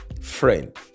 Friend